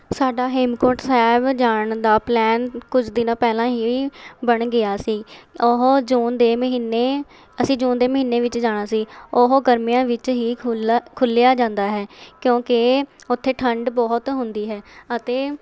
ਸਾਡਾ ਹੇਮਕੁੰਟ ਸਾਹਿਬ ਜਾਣ ਦਾ ਪਲੈਨ ਕੁਝ ਦਿਨਾਂ ਪਹਿਲਾਂ ਹੀ ਬਣ ਗਿਆ ਸੀ ਉਹ ਜੂਨ ਦੇ ਮਹੀਨੇ ਅਸੀਂ ਜੂਨ ਦੇ ਮਹੀਨੇ ਵਿੱਚ ਜਾਣਾ ਸੀ ਉਹ ਗਰਮੀਆਂ ਵਿੱਚ ਹੀ ਖੁੱਲ੍ਹਾ ਖੋਲਿਆ ਜਾਂਦਾ ਹੈ ਕਿਉਂਕਿ ਉੱਥੇ ਠੰਡ ਬਹੁਤ ਹੁੰਦੀ ਹੈ ਅਤੇ